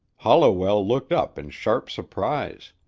holliwell looked up in sharp surprise.